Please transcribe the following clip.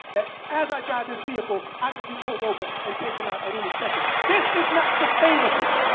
that as i drive this vehicle, i could be pulled over and taken out at any second. this is not sustainable.